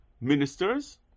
ministers